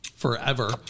forever